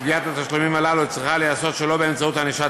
גביית התשלומים הללו צריכה להיעשות שלא באמצעות ענישת